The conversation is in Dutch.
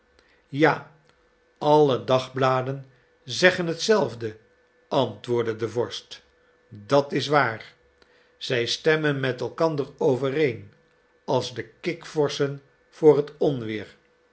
ja alle dagbladen zeggen hetzelfde antwoordde de vorst dat is waar zij stemmen met elkander overeen als de kikvorschen voor het onweer